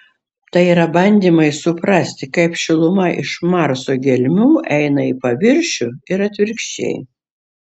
tai yra bandymai suprasti kaip šiluma iš marso gelmių eina į paviršių ir atvirkščiai